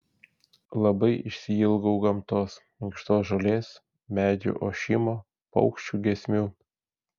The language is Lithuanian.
labai išsiilgau gamtos minkštos žolės medžių ošimo paukščių giesmių